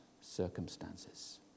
circumstances